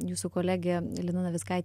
jūsų kolegė lina navickaitė